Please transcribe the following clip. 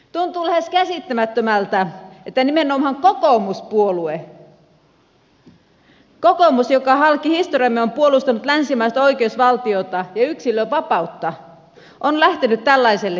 tuntuu lähes käsittämättömältä että nimenomaan kokoomuspuolue kokoomus joka halki historiamme on puolustanut länsimaista oikeusvaltiota ja yksilönvapautta on lähtenyt tällaiselle tielle